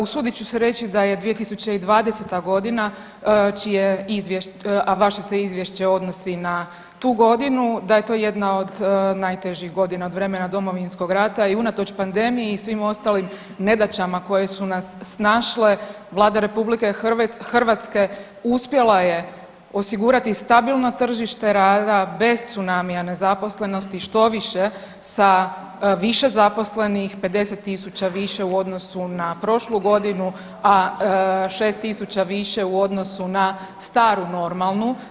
Usudit ću se reći da je 2020.g. čije, a vaše izvješće se odnosi na tu godinu, da je to jedna od najtežih godina od vremena Domovinskog rata i unatoč panedmiji svim ostalim nedaćama koje su nas snašle, Vlada RH uspjela je osigurati stabilno tržište rada bez cunamija nezaposlenosti, štoviše sa više zaposlenih 50.000 više u odnosu na prošlu godinu, a 6.000 više u odnosu na staru normalnu.